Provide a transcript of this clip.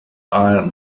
iron